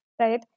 right